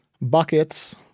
buckets